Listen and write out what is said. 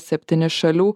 septyni šalių